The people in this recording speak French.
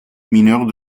mineur